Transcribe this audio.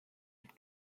mit